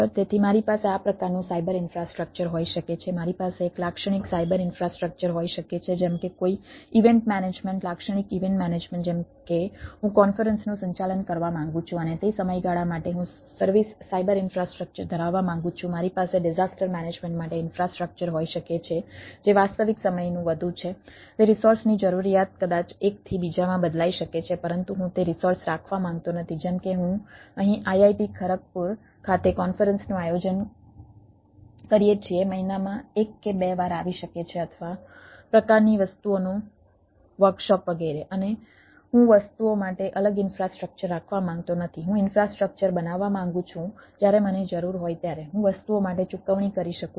તેથી મારી પાસે આ પ્રકારનું સાયબર ઈન્ફ્રાસ્ટ્રક્ચર હોઈ શકે છે મારી પાસે એક લાક્ષણિક સાયબર ઈન્ફ્રાસ્ટ્રક્ચર હોઈ શકે છે જેમ કે કોઈ ઇવેન્ટ મેનેજમેન્ટ વગેરે અને હું વસ્તુઓ માટે અલગ ઇન્ફ્રાસ્ટ્રક્ચર રાખવા માંગતો નથી હું ઇન્ફ્રાસ્ટ્રક્ચર બનાવવા માંગુ છું જ્યારે મને જરૂર હોય ત્યારે હું વસ્તુઓ માટે ચૂકવણી કરી શકું છું